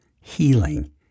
healing